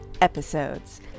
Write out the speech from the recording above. episodes